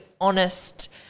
honest